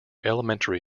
elementary